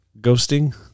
ghosting